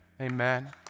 Amen